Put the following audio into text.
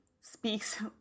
speaks